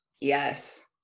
Yes